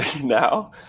now